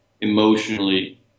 emotionally